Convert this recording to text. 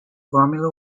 formula